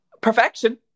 Perfection